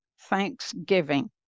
Thanksgiving